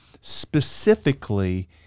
specifically